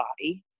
body